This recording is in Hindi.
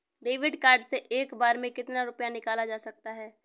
डेविड कार्ड से एक बार में कितनी रूपए निकाले जा सकता है?